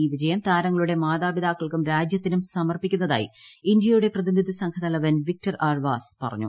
ഈ വിജയംതാരങ്ങളുടെ മാതാപിതാക്കൾക്കും രാജ്യത്തിനും സമർപ്പിക്കുന്നതായി ഇന്ത്യയുടെ പ്രതിനിധി സംഘ തലവൻ വിക്ടർ ആർ വാസ് പറഞ്ഞു